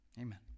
amen